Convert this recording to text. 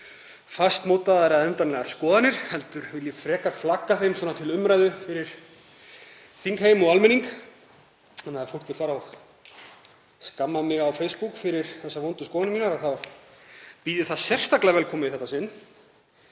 fastmótaðar eða endanlegar skoðanir heldur vil ég frekar flagga þeim svona til umræðu fyrir þingheim og almenning. Ef fólk vill skamma mig á Facebook fyrir þessar vondu skoðanir mínar þá býð ég það sérstaklega velkomið í þetta sinn